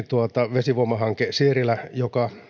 vesivoimahanke sierilä joka